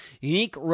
Unique